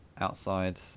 outside